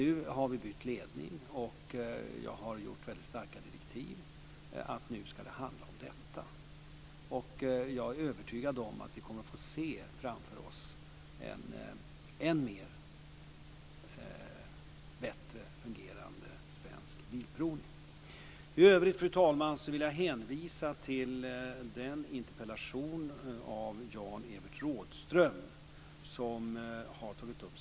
Nu har vi bytt ledning, och jag har gett starka direktiv att det nu ska handla om detta. Jag är övertygad om att vi kommer att få se framför oss en bättre fungerande Svensk Bilprovning. I övrigt, fru talman, vill jag hänvisa till den interpellation av Jan-Evert Rådhström där samma fråga har tagits upp.